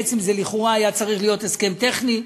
בעצם, לכאורה, זה היה צריך להיות הסכם טכני.